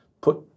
put